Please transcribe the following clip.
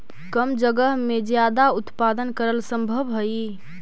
कम जगह में ज्यादा उत्पादन करल सम्भव हई